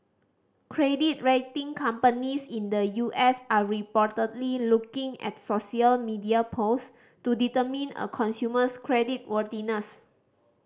credit rating companies in the U S are reportedly looking at social media post to determine a consumer's credit worthiness